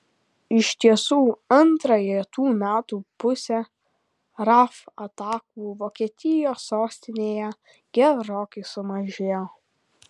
iš tiesų antrąją tų metų pusę raf atakų vokietijos sostinėje gerokai sumažėjo